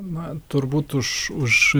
na turbūt už už